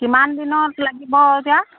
কিমান দিনত লাগিব এতিয়া